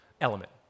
element